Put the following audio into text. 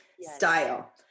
style